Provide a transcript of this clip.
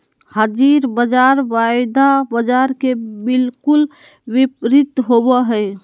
हाज़िर बाज़ार वायदा बाजार के बिलकुल विपरीत होबो हइ